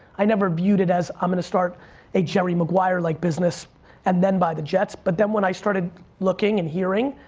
i never viewed it as, i'm gonna start a jerry maguire like business and then buy the jets. but then when i started looking and hearing,